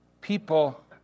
people